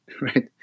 right